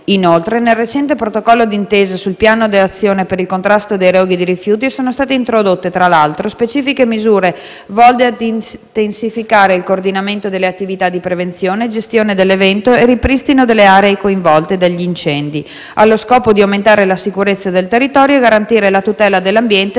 Inoltre, nel recente protocollo d'intesa sul Piano d'azione per il contrasto dei roghi dei rifiuti sono state introdotte, tra l'altro, specifiche misure volte ad intensificare il coordinamento delle attività di prevenzione, gestione dell'evento e ripristino delle aree coinvolte dagli incendi, allo scopo di aumentare la sicurezza del territorio e garantire la tutela dell'ambiente